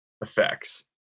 effects